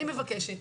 אני מבקשת,